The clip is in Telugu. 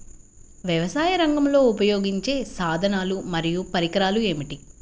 వ్యవసాయరంగంలో ఉపయోగించే సాధనాలు మరియు పరికరాలు ఏమిటీ?